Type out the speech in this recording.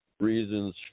Reasons